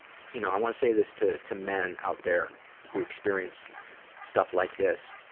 you know i want to say this to to men out there who experience stuff like this.